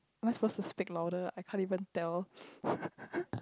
am I supposed to speak louder I can't even tell